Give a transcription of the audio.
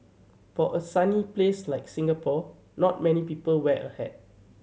for a sunny place like Singapore not many people wear a hat